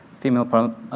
female